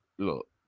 look